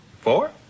Four